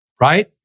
Right